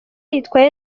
yitwaye